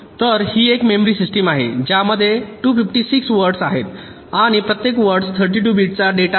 तर ही एक मेमरी सिस्टिम आहे ज्यामध्ये 256 वर्ड्स आहेत आणि प्रत्येक वर्ड 32 बिटचा डेटा आहे